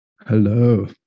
hello